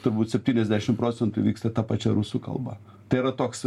turbūt septyniasdešim procentų vyksta ta pačia rusų kalba tai yra toks